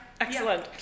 Excellent